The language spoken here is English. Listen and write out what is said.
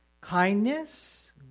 kindness